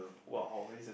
!wow! this is